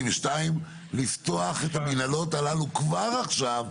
לפתוח את המינהלות הללו כבר עכשיו,